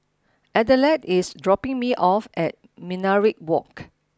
Adelard is dropping me off at Minaret Walk